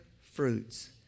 fruits